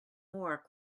more